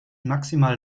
maximale